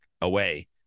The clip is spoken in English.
away